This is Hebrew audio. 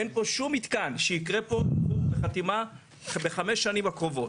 אין פה שום מתקן שיקרה פה וחתימה בחמש השנים הקרובות.